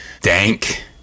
dank